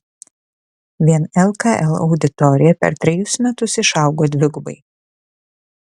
vien lkl auditorija per trejus metus išaugo dvigubai